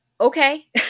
okay